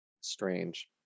strange